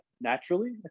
naturally